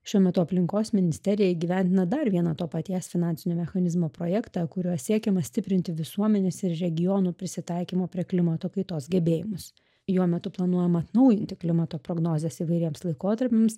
šiuo metu aplinkos ministerija įgyvendina dar vieną to paties finansinio mechanizmo projektą kuriuo siekiama stiprinti visuomenės ir regionų prisitaikymo prie klimato kaitos gebėjimus jo metu planuojama atnaujinti klimato prognozes įvairiems laikotarpiams